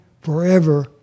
forever